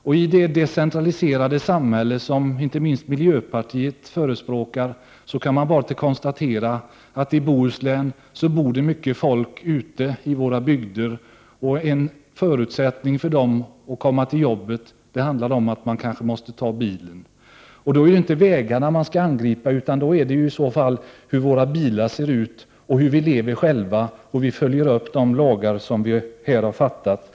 När det gäller det decentraliserade samhälle som inte minst miljöpartiet förespråkar kan man bara konstatera att det bor mycket folk i Bohusläns bygder. En förutsättning för att dessa skall kunna komma till jobbet är kanske att de kan ta bilen. Men då är det inte vägarna som man skall angripa, utan då skall man studera hur bilarna ser ut, hur vi själva lever och hur de lagar efterlevs som har fattats här.